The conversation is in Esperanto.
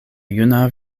juna